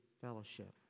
Fellowship